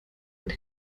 und